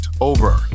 over